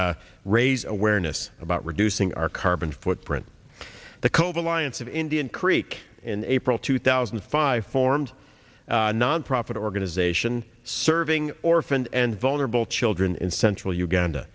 raise awareness about reducing our carbon footprint the cove alliance of indian creek in april two thousand and five formed a nonprofit organization serving orphans and vulnerable children in central uganda